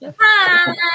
Hi